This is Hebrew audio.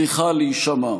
צריכה להישמע.